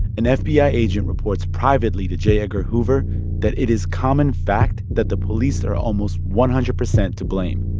and an fbi yeah agent reports privately to j. edgar hoover that it is common fact that the police are almost one hundred percent to blame,